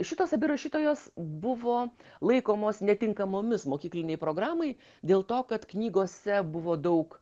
šitos abi rašytojos buvo laikomos netinkamomis mokyklinei programai dėl to kad knygose buvo daug